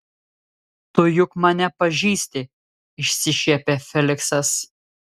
tu juk mane pažįsti išsišiepia feliksas